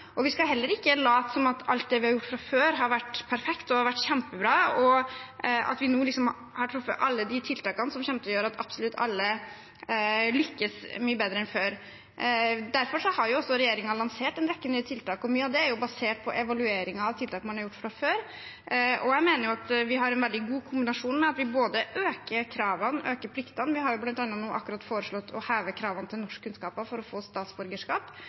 og vi skal heller ikke late som om alt det vi har gjort før, har vært perfekt og kjempebra, og at vi nå liksom har truffet alle de tiltakene som kommer til å gjøre at absolutt alle lykkes mye bedre enn før. Derfor har regjeringen også lansert en rekke nye tiltak, og mye av det er basert på evalueringer av tiltak man har gjort fra før. Jeg mener vi har en veldig god kombinasjon ved at vi øker kravene og pliktene – vi har bl.a. nå akkurat foreslått å heve kravene til norskkunnskaper for å få statsborgerskap